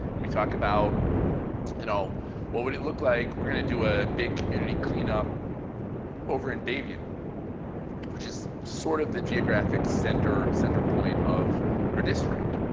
and we talk about you know what would it look like. we're going to do a big community clean up over in bayview which is sort of the geographic center center point of our district,